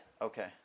Okay